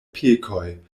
pekoj